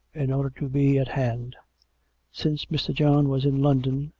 in order to be at hand since mr. john was in london,